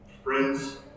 Friends